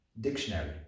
dictionary